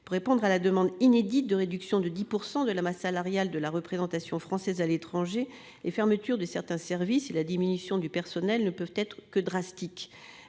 Pour répondre à la demande inédite de réduction de 10 % de la masse salariale de la représentation française à l'étranger, les fermetures de certains services et la diminution du personnel ne peuvent être que drastiques.